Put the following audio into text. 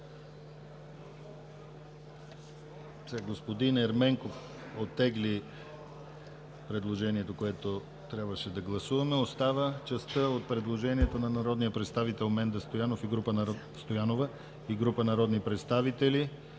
Господин Ерменков оттегли предложението, което трябваше да гласуваме. Остава частта от предложението на народния представител Менда Стоянова и група народни представители,